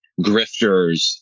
grifters